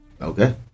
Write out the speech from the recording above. okay